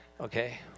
Okay